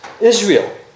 Israel